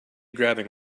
grabbing